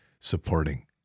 supporting